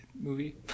movie